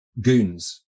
goons